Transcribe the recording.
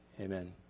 Amen